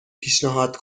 پیشنهاد